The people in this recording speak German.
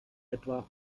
etwa